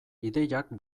ideiak